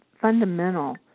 Fundamental